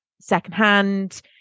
secondhand